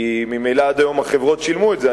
כי ממילא עד היום החברות שילמו את זה,